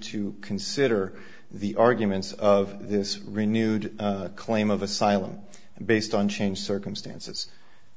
to consider the arguments of this renewed claim of asylum based on changed circumstances